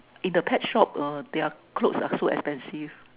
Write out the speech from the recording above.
in the pet shop err their clothes are so expensive